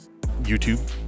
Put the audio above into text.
YouTube